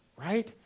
right